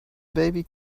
baby